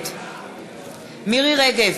נגד מירי רגב,